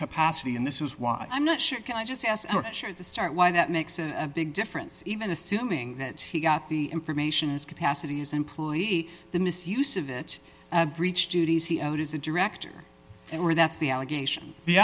capacity and this is why i'm not sure i just asked at the start why that makes a big difference even assuming that he got the information is capacities employee the misuse of it breached duties as a director and where that's the allegation the